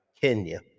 Kenya